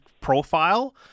profile